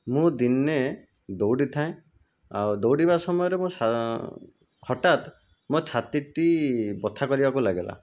ମୁଁ ଦିନେ ଦୌଡ଼ିଥାଏ ଆଉ ଦୌଡ଼ିବା ସମୟରେ ମୁଁ ସା ହଠାତ ମୋ ଛାତିଟି ବଥା କରିବାକୁ ଲାଗିଲା